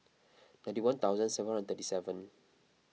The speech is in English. ninety one thousand seven hundred thirty seven